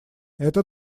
это